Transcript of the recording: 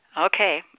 Okay